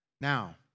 Now